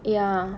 ya